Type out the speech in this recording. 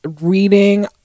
reading